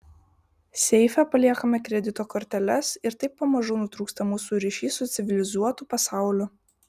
seife paliekame kredito korteles ir taip pamažu nutrūksta mūsų ryšys su civilizuotu pasauliu